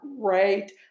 great